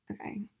Okay